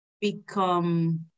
become